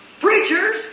preachers